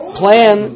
plan